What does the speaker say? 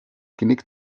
genick